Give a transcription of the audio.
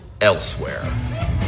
elsewhere